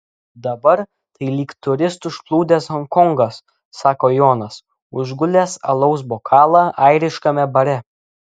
dabar tai lyg turistų užplūdęs honkongas sako jonas užgulęs alaus bokalą airiškame bare